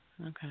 okay